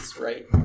right